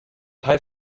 teil